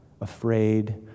afraid